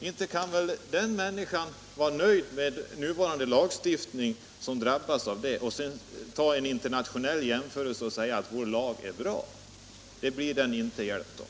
Inte kan väl den människa som drabbas vara nöjd med nuvarande lagstiftning bara därför att den är bra vid en internationell jämförelse? Det blir den drabbade inte hjälpt av.